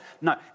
No